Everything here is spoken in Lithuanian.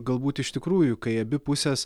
galbūt iš tikrųjų kai abi pusės